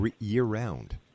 year-round